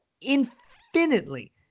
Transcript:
infinitely